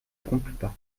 trompes